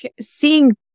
seeing